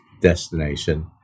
destination